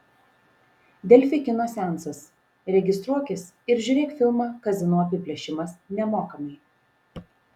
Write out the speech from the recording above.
delfi kino seansas registruokis ir žiūrėk filmą kazino apiplėšimas nemokamai